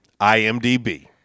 IMDb